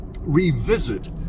Revisit